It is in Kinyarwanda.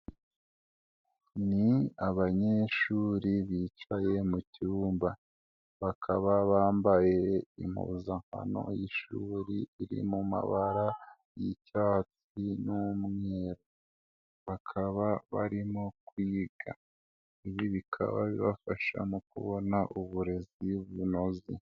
Ni abanyeshuri bicaye mu cyubumba. Bakaba bambaye impuzanmkano y'ishuri riri mu mabara y'icyafi n'umweru. Bakaba barimo kwiga. Ibi bikaba bibafasha mu kubona uburezi bunoze.